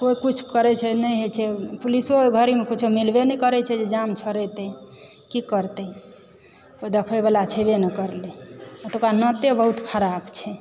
कोय किछु करए छै नही होइत छै पुलिसो ओहिमे घड़ीमे किछु मिलबै नहि करय छै जे जाम छोड़तै की करतै कोय देखै वला छेबे नहि करए एतुका नहि तऽबहुत खराब छै